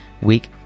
week